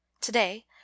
Today